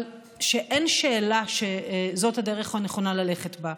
אבל אין שאלה שזאת הדרך הנכונה ללכת בה.